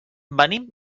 venim